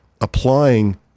applying